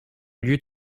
lieu